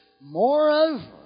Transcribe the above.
Moreover